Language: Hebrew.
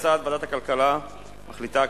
על-פי הצעת ועדת הכלכלה הכנסת מחליטה,